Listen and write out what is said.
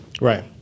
Right